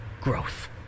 growth